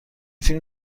فیلم